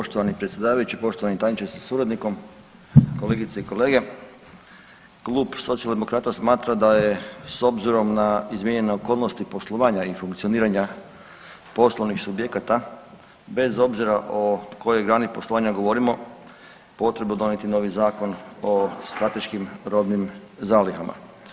Poštovani predsjedavajući, poštovani tajniče sa suradnikom, kolegice i kolege, Klub Socijaldemokrata smatra da je s obzirom na izmijenjene okolnosti poslovanja i funkcioniranja poslovnih subjekata bez obzira o kojoj grani poslovanja govorimo potrebno donijeti novi Zakon o strateškim robnim zalihama.